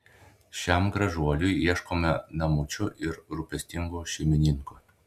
šiam gražuoliui ieškome namučių ir rūpestingų šeimininkų